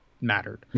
mattered